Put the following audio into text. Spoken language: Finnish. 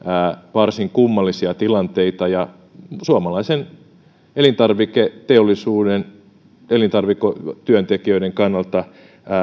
varsin kummallisia tilanteita ja suomalaisen elintarviketeollisuuden elintarviketyöntekijöiden kannalta